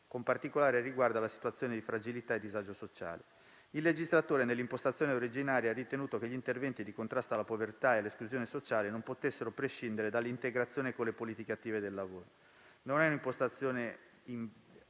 con particolare riguardo alla situazione di fragilità e disagio sociale. Il legislatore, nell'impostazione originaria, ha ritenuto che gli interventi di contrasto alla povertà e all'esclusione sociale non potessero prescindere dall'integrazione con le politiche attive del lavoro. Non è un'impostazione